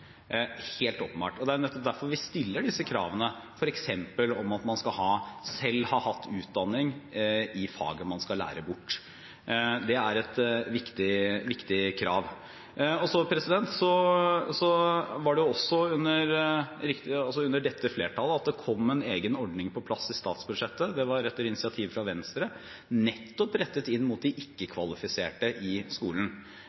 helt åpenbart. Det er nettopp derfor vi stiller disse kravene, f.eks. om at man selv skal ha hatt utdanning i faget man skal lære bort. Det er et viktig krav. Det var også under dette flertallet det kom en egen ordning på plass i statsbudsjettet – det var etter initiativ fra Venstre – nettopp rettet inn mot de